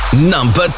number